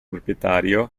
proprietario